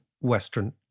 Western